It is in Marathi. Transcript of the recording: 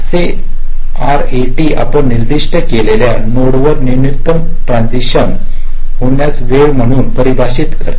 तर आरएटी आपण निर्दिष्ट केलेल्या नोडवर नवीनतम ट्रान्सिशन होण्याची वेळ म्हणून परिभाषित करते